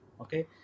Okay